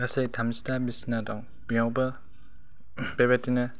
गासै थामजिथाम बिसिना दं बेयावबो बेबायदिनो